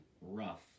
rough